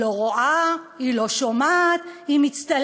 היא לא רואה, היא לא שומעת, היא מצטלמת.